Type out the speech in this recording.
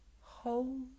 Hold